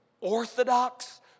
orthodox